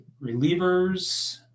relievers